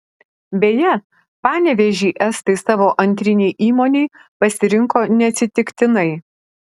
beje panevėžį estai savo antrinei įmonei pasirinko neatsitiktinai